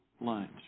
lunch